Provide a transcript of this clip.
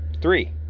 Three